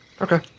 Okay